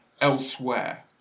elsewhere